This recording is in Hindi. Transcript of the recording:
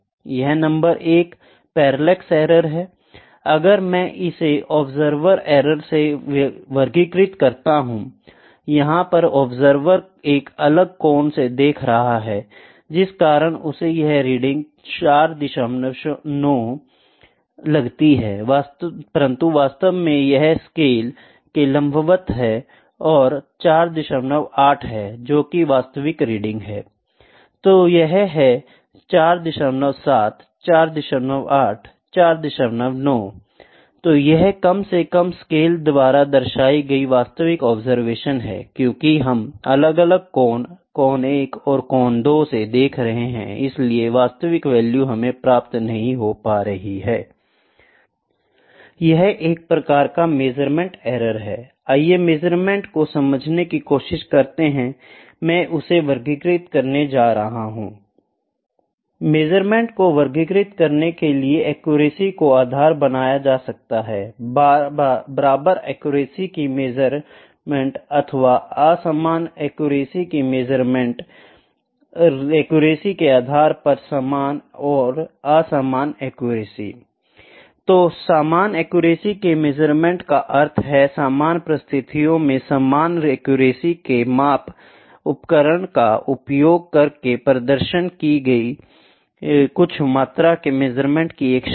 यह नंबर 1 पैरेलेक्स एरर है अगर मैं इसे ऑब्जर्वर एरर से वर्गीकृत करता हूं Iयहां पर ऑब्जर्वर एक अलग कोण से देख रहा हैजिस कारण उसे यह रीडिंग 49 लगती है परंतु वास्तव में यह स्केल के लंबवत है और 48 है जो कि वास्तविक रीडिंग है I तो यह है 47 48 49 तो यह कम से कम स्केल द्वारा दर्शाई गई वास्तविक ऑब्जर्वेशंस है क्योंकि हम अलग अलग कोण कोण 1 और कोण 2 से देख रहे हैं इसलिए वास्तविक वैल्यू हमें प्राप्त नहीं हो पा रही यह एक प्रकार का मेजरमेंट एरर है I आइए मेजरमेंट को समझने की कोशिश करते हैं मैं उसे वर्गीकृत करने जा रहा हूं I मेजरमेंट को वर्गीकृत करने के लिए एक्यूरेसी को आधार बनाया जा सकता है बराबर एक्यूरेसी की मेजरमेंट अथवा असमान एक्यूरेसी की मेजरमेंट एक्यूरेसी के आधार पर सामान और असामान एक्यूरेसी I तो समान एक्यूरेसी के मेजरमेंट का अर्थ है समान परिस्थितियों में समान एक्यूरेसी के माप उपकरण का उपयोग करके प्रदर्शन की गई कुछ मात्रा के मेज़रमेंट की एक श्रृंखला